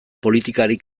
politikari